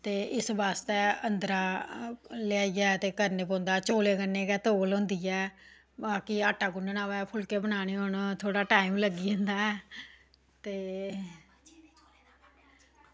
ते इस आस्तै अंदरा लेई आइयै करना पौंदा चौलें कन्नै गै तौल होंदी ऐ ते आटा गुन्नना होऐ फुल्के बनाने होन ते थोह्ड़ा टाईम लग्गी जंदा ऐ ते